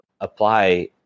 apply